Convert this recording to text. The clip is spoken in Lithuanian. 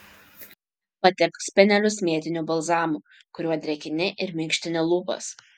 patepk spenelius mėtiniu balzamu kuriuo drėkini ir minkštini lūpas